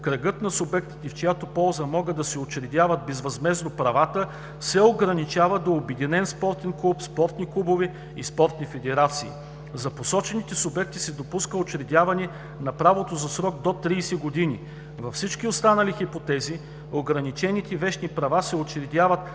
кръгът на субектите, в чиято полза могат да се учредяват безвъзмездно правата, се ограничава до обединен спортен клуб, спортни клубове и спортни федерации. За посочените субекти се допуска учредяване на правото за срок до 30 години. Във всички останали хипотези ограничените вещни права се учредяват